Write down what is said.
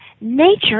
Nature